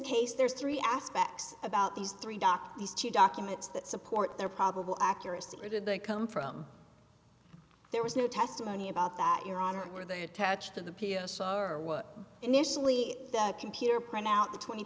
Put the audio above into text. case there's three aspects about these three doc these two documents that support their probable accuracy or did they come from there was no testimony about that your honor were they attached to the pos saw or was initially the computer printout the twenty